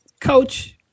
coach